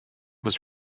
was